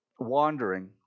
Wandering